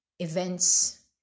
events